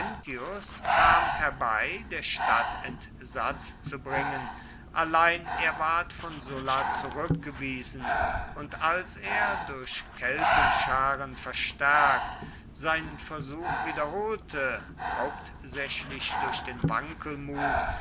kam herbei der stadt entsatz zu bringen allein er ward von sulla zurückgewiesen und als er durch keltenscharen verstärkt seinen versuch wiederholte hauptsächlich durch den